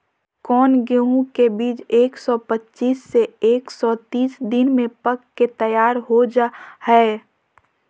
कौन गेंहू के बीज एक सौ पच्चीस से एक सौ तीस दिन में पक के तैयार हो जा हाय?